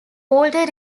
walter